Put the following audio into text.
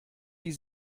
die